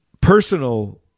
personal